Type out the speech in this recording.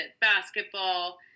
basketball